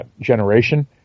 generation